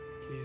please